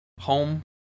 Home